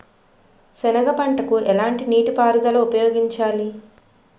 సెనగ పంటకు ఎలాంటి నీటిపారుదల ఉపయోగించాలి?